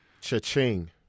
Cha-ching